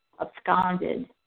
absconded